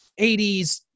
80s